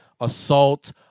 assault